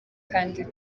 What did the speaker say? kandi